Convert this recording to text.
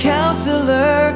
Counselor